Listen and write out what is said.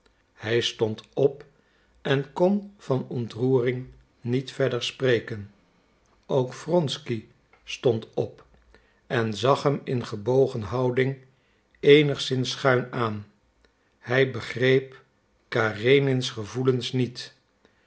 hij stond op en kon van ontroering niet verder spreken ook wronsky stond op en zag hem in gebogen houding eenigszins schuin aan hij begreep karenins gevoelens niet